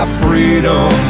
freedom